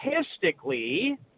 statistically